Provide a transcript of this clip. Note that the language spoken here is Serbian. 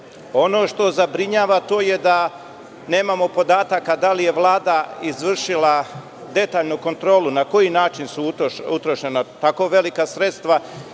što zabrinjava to je da nemamo podataka da li je Vlada izvršila detaljnu kontrolu na koji način su utrošena tako velika sredstva